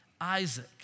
Isaac